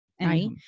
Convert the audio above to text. right